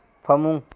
ꯐꯃꯨꯡ